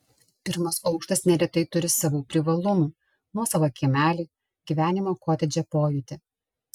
pirmas aukštas neretai turi savų privalumų nuosavą kiemelį gyvenimo kotedže pojūtį